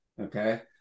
Okay